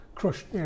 Crushed